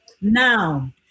Now